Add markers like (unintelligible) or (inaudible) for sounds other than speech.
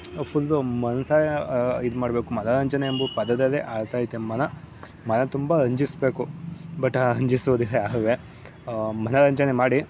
full ಮನಸಾರೆ ಇದು ಮಾಡಬೇಕು ಮನೋರಂಜನೆ ಎಂಬು ಪದದಲ್ಲೇ ಅರ್ಥ ಆಯಿತೆ ಮನ ಮನ ತುಂಬ ರಂಜಿಸ್ಬೇಕು ಬಟ್ ರಂಜಿಸುವುದಿಲ್ಲ (unintelligible) ಮನೋರಂಜನೆ ಮಾಡಿ